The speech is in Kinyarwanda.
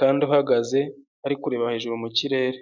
kandi uhagaze ari kureba hejuru mu kirere.